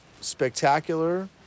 spectacular